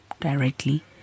directly